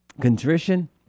contrition